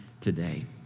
today